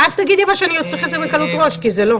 אל תגידי שאני מתייחסת בקלות ראש, כי זה לא.